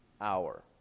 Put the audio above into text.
hour